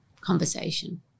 conversation